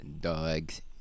dog's